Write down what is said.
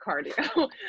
cardio